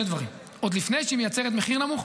דברים: עוד לפני שהיא מייצרת מחיר נמוך,